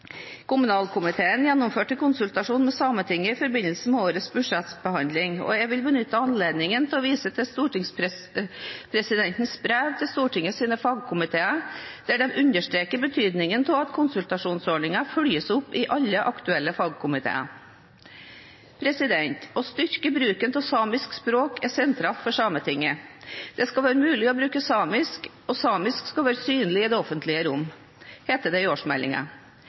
Kommunalkomiteen gjennomførte konsultasjon med Sametinget i forbindelse med årets budsjettbehandling. Jeg vil benytte anledningen til å vise til stortingspresidentens brev til Stortingets fagkomiteer, hvor han understreker betydningen av at konsultasjonsordningen følges opp i alle aktuelle fagkomiteer. Å styrke bruken av samisk språk er sentralt for Sametinget. «Det skal være mulig å bruke samisk og samisk skal være synlig i det offentlige rom», heter det i